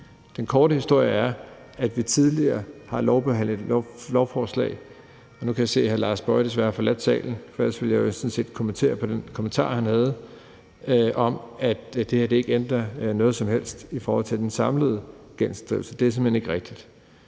Den korte historie er, at vi tidligere har behandlet lovforslag om det. Men nu kan jeg se, at hr. Lars Boje Mathiesen desværre har forladt salen, for ellers ville jeg sådan set have kommenteret på den kommentar, han havde, om, at det her ikke ændrer noget som helst i forhold til den samlede gældsinddrivelse. Det er simpelt hen ikke rigtigt.